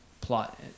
plot